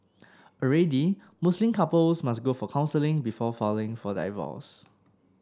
already Muslim couples must go for counselling before falling for divorce